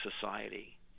society